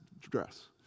dress